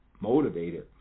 motivated